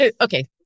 Okay